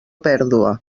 pèrdua